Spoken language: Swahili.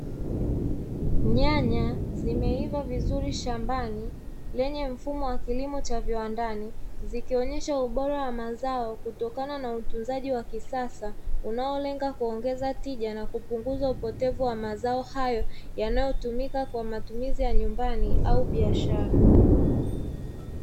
Nyanya zimeiva vizuri shambani lenye mfumo wa kilimo cha viwandani, zikionyesha ubora wa mazao kutokana na utunzaji wa kisasa, unaolenga kuongeza tija na kupunguza upotevu wa mazao hayo, yanayotumika kwa matumizi ya nyumbani au biashara.